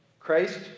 Christ